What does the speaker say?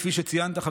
כפי שציינת,